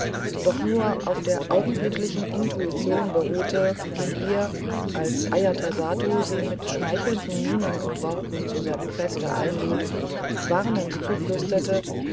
doch nur auf der augenblicklichen intuition beruhte die ihr als ajatasattu sie mit schmeichelnden mienen und worten zu seinem feste einlud warnend zuflüsterte